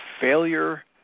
failure